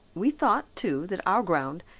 we thought, too, that our ground,